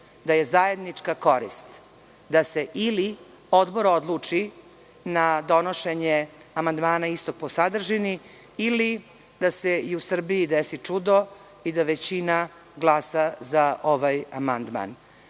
da je zajednička korist da se ili odbor odluči na donošenje amandmana istog po sadržini ili da se i u Srbiji desi čudo i da većina glasa za ovaj amandman.